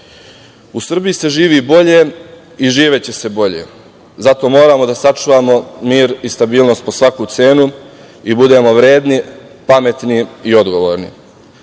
Srbiji se živi bolje i živeće se bolje. Zato moramo da sačuvamo mir i stabilnost po svaku cenu i budemo vredni, pametni i odgovorni.